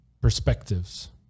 perspectives